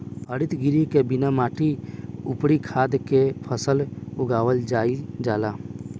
हरित गृह में बिना माटी अउरी खाद के फसल उगावल जाईल जाला